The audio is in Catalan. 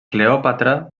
cleòpatra